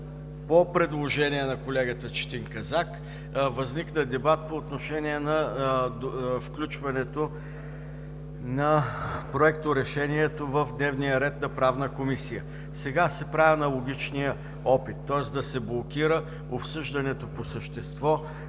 по предложение на колегата Четин Казак възникна дебат по отношение на включването на проекторешението в дневния ред на Правна комисия. Сега се прави аналогичният опит, тоест да се блокира обсъждането по същество